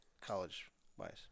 college-wise